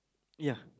ya